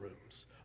rooms